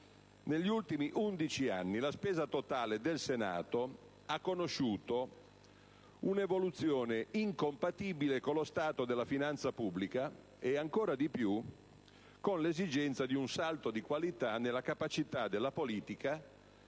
Azzollini), la spesa totale del Senato ha conosciuto una evoluzione incompatibile con lo stato della finanza pubblica e, ancora di più, con l'esigenza di un salto di qualità nella capacità della politica